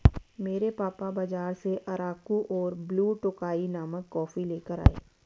मेरे पापा बाजार से अराकु और ब्लू टोकाई नामक कॉफी लेकर आए